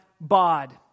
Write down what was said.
bod